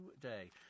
today